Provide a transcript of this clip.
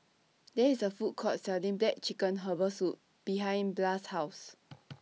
There IS A Food Court Selling Black Chicken Herbal Soup behind Blas' House